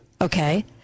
okay